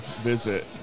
visit